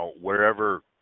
wherever